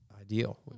ideal